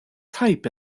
type